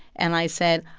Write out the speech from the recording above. and i said,